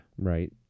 Right